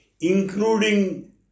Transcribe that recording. including